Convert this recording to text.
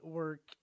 work